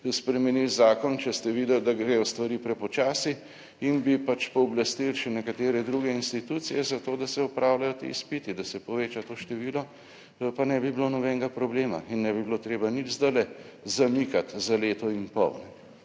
spremenili zakon, če ste videli, da gredo stvari prepočasi, in bi pač pooblastili še nekatere druge institucije za to, da se opravljajo ti izpiti, da se poveča to število, pa ne bi bilo nobenega problema, in ne bi bilo treba nič zdajle zamikati za leto in pol.